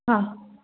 हा